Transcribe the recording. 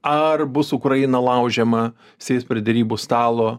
ar bus ukraina laužiama sėst prie derybų stalo